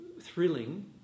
thrilling